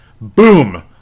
Boom